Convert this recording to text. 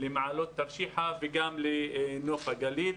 למעלות תרשיחא וגם לנוף הגליל.